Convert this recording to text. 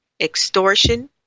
extortion